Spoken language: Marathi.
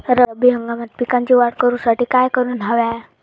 रब्बी हंगामात पिकांची वाढ करूसाठी काय करून हव्या?